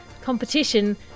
competition